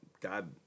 God